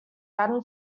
latin